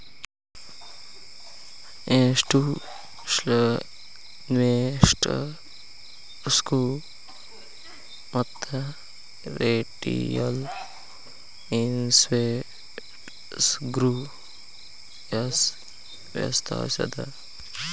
ಇನ್ಸ್ಟಿಟ್ಯೂಷ್ನಲಿನ್ವೆಸ್ಟರ್ಸ್ಗು ಮತ್ತ ರಿಟೇಲ್ ಇನ್ವೆಸ್ಟರ್ಸ್ಗು ಏನ್ ವ್ಯತ್ಯಾಸದ?